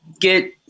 get